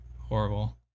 horrible